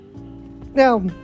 Now